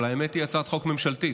אבל האמת: היא הצעת חוק ממשלתית,